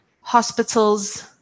hospitals